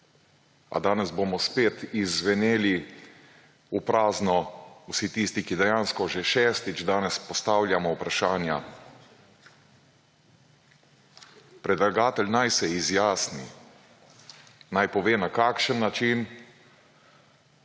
A danes bomo spet izzveneli v prazno vsi tisti, ki dejansko že šestič danes postavljamo vprašanja. Predlagatelj naj se izjasni, naj pove, na kakšen način